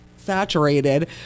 saturated